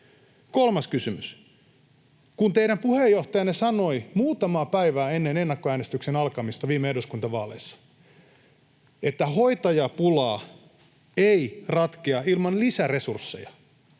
Kolmas kysymys: Kun teidän puheenjohtajanne sanoi muutamaa päivää ennen ennakkoäänestyksen alkamista viime eduskuntavaaleissa, että hoitajapula ei ratkea ilman lisäresursseja